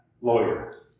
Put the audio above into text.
lawyer